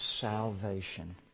salvation